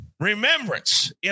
remembrance